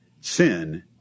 sin